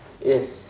yes